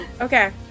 Okay